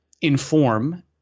inform